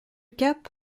cap